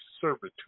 servitude